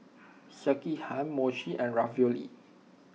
Sekihan Mochi and Ravioli